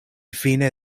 fine